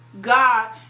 God